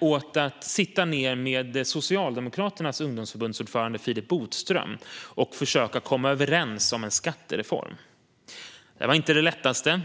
- åt att sitta ned med Socialdemokraternas ungdomsförbunds ordförande Philip Botström och försöka komma överens om en skattereform. Det var inte det lättaste.